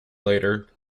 later